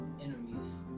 enemies